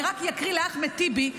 אני רק אקריא לאחמד טיבי,